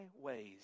ways